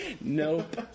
Nope